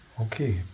Okay